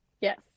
Yes